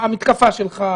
המתקפה שלך,